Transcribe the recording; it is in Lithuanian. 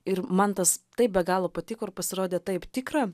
ir man tas taip be galo patiko ir pasirodė taip tikra